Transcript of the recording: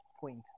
point